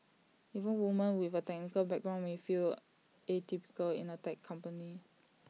even women with A technical background may feel atypical in A tech company